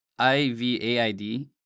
IVAID